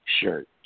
shirt